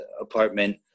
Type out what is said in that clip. apartment